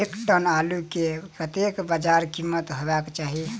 एक टन आलु केँ कतेक बजार कीमत हेबाक चाहि?